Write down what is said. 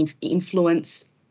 influence